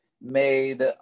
made